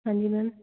ਹਾਂਜੀ ਮੈਮ